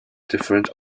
different